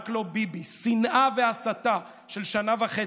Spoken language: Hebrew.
רק לא ביבי, שנאה והסתה של שנה וחצי,